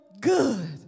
good